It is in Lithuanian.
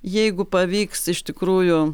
jeigu pavyks iš tikrųjų